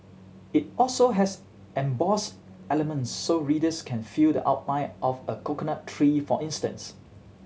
it also has embossed elements so readers can feel the outline of a coconut tree for instance